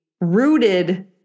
rooted